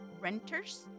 renters